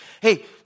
hey